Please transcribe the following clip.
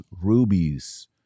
rubies